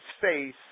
face